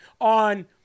on